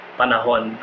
panahon